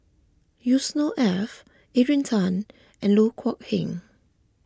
Yusnor Ef Adrian Tan and Loh Kok Heng